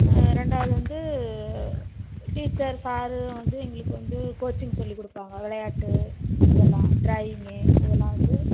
ரெண்டாவது வந்து teacher sir வந்து எங்களுக்கு வந்து கோச்சிங் சொல்லிக் கொடுப்பாங்க விளையாட்டு இதெல்லாம் ட்ராயிங்கு இதெல்லாம் வந்து